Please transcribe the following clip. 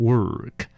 Work 。